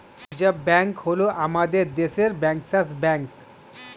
reserve bank হল আমাদের দেশের ব্যাঙ্কার্স ব্যাঙ্ক